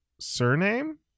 Surname